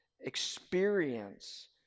experience